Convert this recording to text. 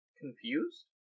confused